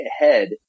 ahead